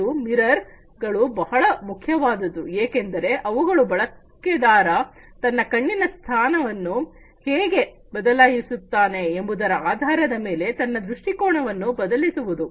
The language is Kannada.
ಮತ್ತು ಮಿರರ್ ಗಳು ಬಹಳ ಮುಖ್ಯವಾದದ್ದು ಏಕೆಂದರೆ ಅವುಗಳು ಬಳಕೆದಾರ ತನ್ನ ಕಣ್ಣಿನ ಸ್ಥಾನವನ್ನು ಹೇಗೆ ಬದಲಾಯಿಸುತ್ತನೆ ಎಂಬುದರ ಆಧಾರದ ಮೇಲೆ ತನ್ನ ದೃಷ್ಟಿಕೋನವನ್ನು ಬದಲಾಯಿಸುವುದು